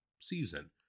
season